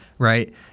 right